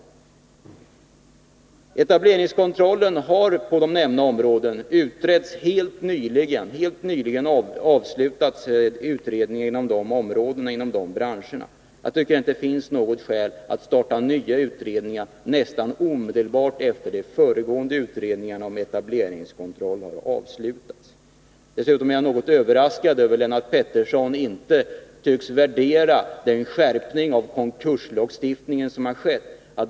Frågan om etableringskontroll på de här nämnda områdena har varit föremål för en utredning som helt nyligen har avslutats. Jag tycker inte att det finns några skäl att starta nya utredningar nästan omedelbart efter det att föregående utredningar om etableringskontroll har avslutats. Dessutom är jag överraskad av att Lennart Pettersson inte tycks värdera den skärpning av konkurslagstiftningen som har skett.